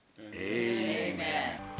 Amen